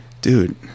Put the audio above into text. Dude